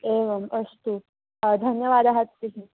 एवम् अस्तु धन्यवादः अस्तु जि